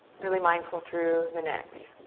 really mindful through the neck.